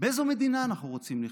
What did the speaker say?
באיזו מדינה אנחנו רוצים לחיות,